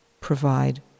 provide